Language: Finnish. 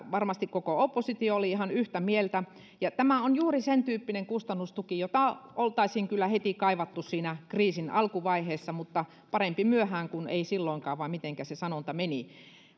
varmasti koko oppositio oli ihan yhtä mieltä tämä on juuri sentyyppinen kustannustuki jota oltaisiin kyllä heti kaivattu siinä kriisin alkuvaiheessa mutta parempi myöhään kuin ei silloinkaan vai mitenkä se sanonta meni